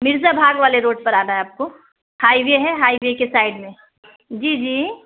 مرزا بھا والے روڈ پر آ رہا ہے آپ کو ہائی وے ہے ہائی وے کے سائڈ میں جی جی